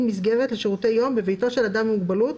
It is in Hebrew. מסגרת לשירותי יום בביתו של אדם עם מוגבלות,